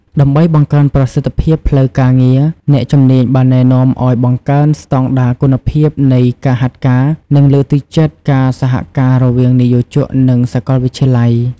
ដើម្បីបង្កើនប្រសិទ្ធភាពផ្លូវការងារ អ្នកជំនាញបានណែនាំឲ្យបង្កើនស្តង់ដារគុណភាពនៃការហាត់ការ និងលើកទឹកចិត្តការសហការរវាងនិយោជកនិងសាកលវិទ្យាល័យ។